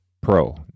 pro